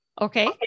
Okay